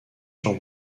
jean